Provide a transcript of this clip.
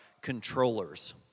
controllers